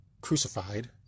crucified